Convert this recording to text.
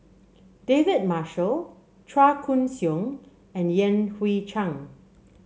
David Marshall Chua Koon Siong and Yan Hui Chang